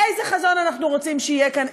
איזה חזון אנחנו רוצים שיהיה כאן,